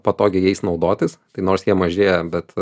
patogiai jais naudotis tai nors jie mažėja bet